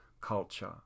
culture